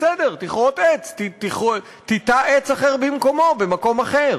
בסדר, תכרות עץ, תיטע עץ אחר במקומו במקום אחר,